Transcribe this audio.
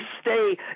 stay